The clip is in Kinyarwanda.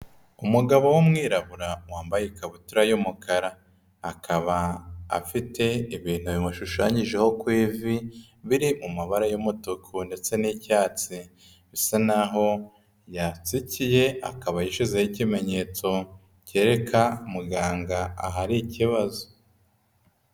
Umugabo w'umwirabura wambaye ikabutura y'umukara, akaba afite ibintu bimushushanyijeho ku ivi biri mu mabara y'umutuku ndetse n'icyatsi, bisa n'aho yatsikiye akaba yishyizeho ikimenyetso kereka muganga ahari ikibazo.